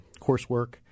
coursework